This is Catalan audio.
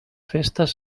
festes